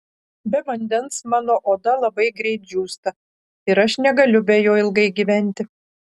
be vandens mano oda labai greit džiūsta ir aš negaliu be jo ilgai gyventi